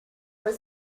was